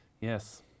Yes